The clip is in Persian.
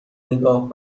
نگاه